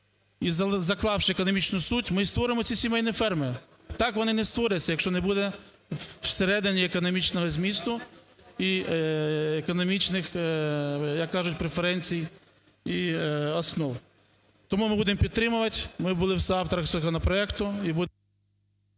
І, заклавши економічну суть, ми створимо ці сімейні ферми. Так вони не створяться, якщо не буде всередині економічного змісту і економічних, як кажуть, преференцій і основ. Тому ми будемо підтримувати, ми будемо в співавторах законопроекту